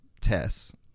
tests